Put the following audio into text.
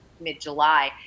mid-July